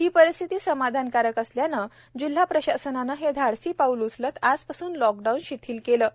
ही परिस्थिती समाधानकारक असल्यानं जिल्हा प्रशासनाने हे धाडसी पाऊल उचलत आजपासून लॉकडाऊन शिथिल केले आहेत